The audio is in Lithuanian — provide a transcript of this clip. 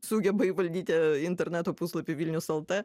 sugeba įvaldyti interneto puslapį vilnius lt